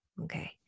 Okay